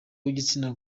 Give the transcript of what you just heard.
w’igitsina